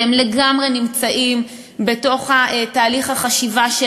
והם לגמרי נמצאים בתוך תהליך החשיבה של